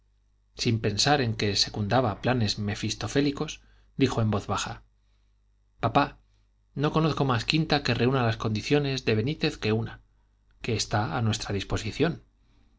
sin pensar en que secundaba planes mefistofélicos dijo en voz baja papá no conozco más quinta que reúna las condiciones de benítez que una que está a nuestra disposición